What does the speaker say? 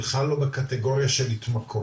בכלל לא בקטגוריה של התמכרויות,